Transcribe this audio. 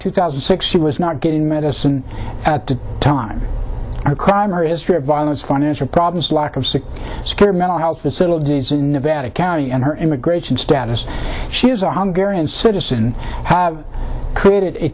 two thousand and six she was not getting medicine at the time or crime or history of violence financial problems lack of six square mental health facilities in nevada county and her immigration status she has a hunger and citizen have created a